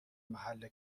محل